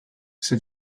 sir